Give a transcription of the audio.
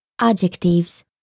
adjectives